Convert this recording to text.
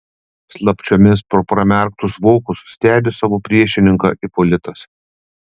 slapčiomis pro pramerktus vokus stebi savo priešininką ipolitas